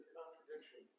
contradiction